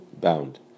bound